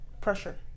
pressure